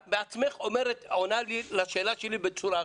את בעצמך עונה לשאלה שלי בצורה אחרת.